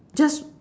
just